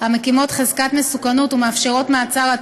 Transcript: המקימות חזקת מסוכנות ומאפשרות מעצר עד